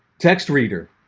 text reader.